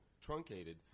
truncated